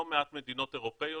יש לא מעט מדינות אירופאיות,